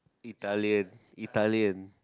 Italian Italian